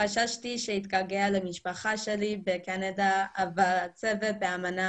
חששתי שאתגעגע למשפחה שלי בקנדה אבל צוות האמנה